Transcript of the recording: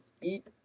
eat